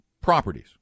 properties